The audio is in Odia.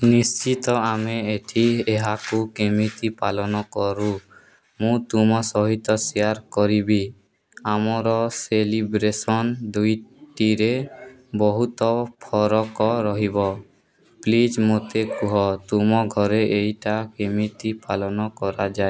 ନିଶ୍ଚିତ ଆମେ ଏଇଠି ଏହାକୁ କେମିତି ପାଳନ କରୁ ମୁଁ ତୁମ ସହିତ ସେୟାର୍ କରିବି ଆମର ସେଲିବ୍ରେସନ୍ ଦୁଇଟିରେ ବହୁତ ଫରକ ରହିବ ପ୍ଲିଜ୍ ମୋତେ କୁହ ତୁମ ଘରେ ଏଇଟା କେମିତି ପାଳନ କରାଯାଏ